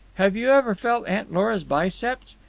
have you ever felt aunt lora's biceps?